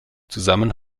zusammen